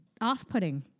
off-putting